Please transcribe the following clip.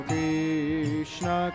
Krishna